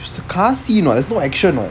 is a car scene [what] there's no action [what]